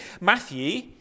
Matthew